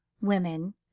women